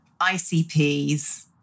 ICPs